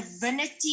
divinity